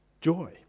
joy